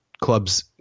clubs